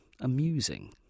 amusing